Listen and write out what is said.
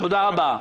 תודה רבה.